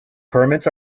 permits